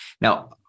Now